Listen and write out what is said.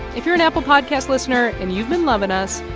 if you're an apple podcast listener and you've been loving us,